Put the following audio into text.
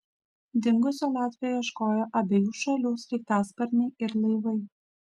dingusio latvio ieškojo abiejų šalių sraigtasparniai ir laivai